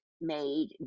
made